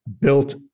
built